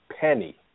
penny –